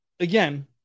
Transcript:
Again